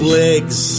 legs